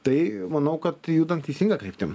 tai manau kad judam teisinga kryptim